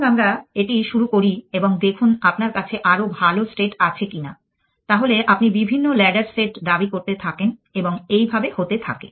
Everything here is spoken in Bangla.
আসুন আমরা এটি শুরু করি এবং দেখুন আপনার কাছে আরও ভাল স্টেট আছে কিনা তাহলে আপনি বিভিন্ন ল্যাডার সেট দাবি করতে থাকেন এবং এইভাবে হতে থাকে